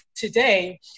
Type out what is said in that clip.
today